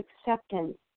acceptance